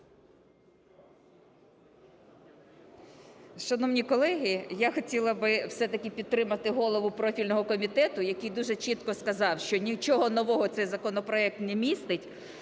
Шановні колеги, я хотіла би все-таки підтримати голову профільного комітету, який дуже чітко сказав, що нічого нового цей законопроект не містить.